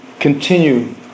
continue